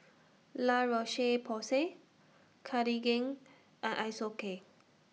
La Roche Porsay Cartigain and Isocal